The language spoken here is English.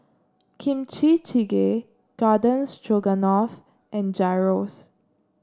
Kimchi Jjigae Garden Stroganoff and Gyros